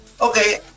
okay